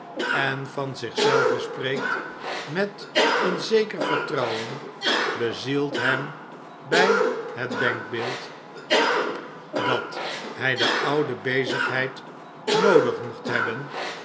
en van zich zelven spreekt met een zeker vertrouwen bezielt hem bij het denkbeeld dat hij de oude bezigheid noodig mocht hebben